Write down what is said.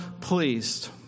pleased